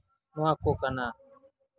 ᱱᱚᱣᱟ ᱠᱚ ᱠᱟᱱᱟ